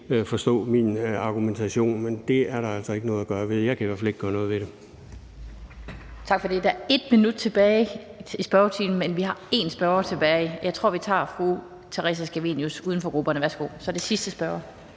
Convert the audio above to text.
forstå min argumentation, men det er der altså ikke noget at gøre ved. Jeg kan i hvert fald ikke gøre noget ved det.